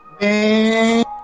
Man